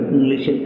English